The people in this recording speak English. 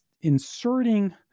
inserting